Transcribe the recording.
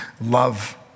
love